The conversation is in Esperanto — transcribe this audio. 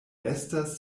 estas